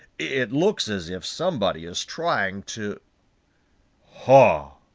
it looks as if somebody is trying to ha!